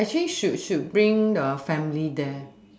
actually should should bring the family there